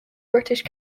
british